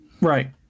Right